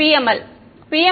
மாணவர் PML